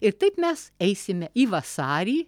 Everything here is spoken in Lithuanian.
ir taip mes eisime į vasarį